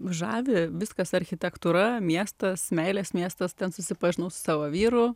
žavi viskas architektūra miestas meilės miestas ten susipažinau savo vyru